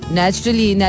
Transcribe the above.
naturally